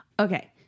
Okay